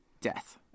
death